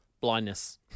Blindness